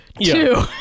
Two